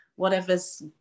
whatever's